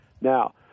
Now